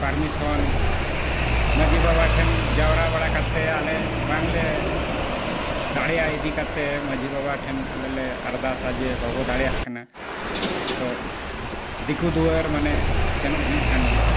permission ᱢᱟᱺᱡᱷᱤ ᱵᱟᱵᱟ ᱴᱷᱮᱱ ᱡᱟᱣᱨᱟ ᱵᱟᱲᱟ ᱠᱟᱛᱮ ᱟᱞᱮ ᱵᱟᱝᱞᱮ ᱫᱟᱲᱮᱭᱟᱜᱼᱟ ᱤᱫᱤ ᱠᱟᱛᱮ ᱢᱟᱺᱡᱷᱤ ᱵᱟᱵᱟ ᱴᱷᱮᱱ ᱟᱞᱮᱞᱮ ᱟᱨᱫᱟᱥᱟ ᱡᱮ ᱵᱟᱵᱚᱱ ᱫᱟᱲᱮᱭᱟᱜ ᱠᱟᱱᱟ ᱛᱚ ᱫᱤᱠᱩ ᱫᱩᱣᱟᱹᱨ ᱢᱟᱱᱮ ᱥᱮᱱᱚᱜ ᱦᱩᱭᱩᱜ ᱠᱟᱱ ᱜᱮᱭᱟ